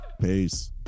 Peace